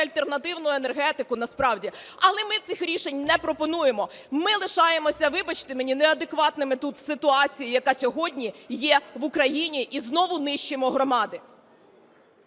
альтернативну енергетику насправді. Але ми цих рішень не пропонуємо, ми лишаємося, вибачте мені, неадекватними тут в ситуації, яка сьогодні є в Україні, і знову нищимо громади.